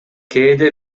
кээде